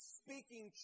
speaking